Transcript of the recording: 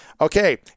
Okay